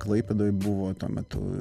klaipėdoj buvo tuo metu